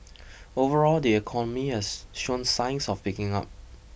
overall the economy has shown signs of picking up